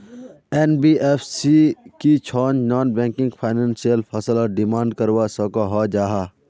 NBFC की छौ non banking financial फसलोत डिमांड करवा सकोहो जाहा?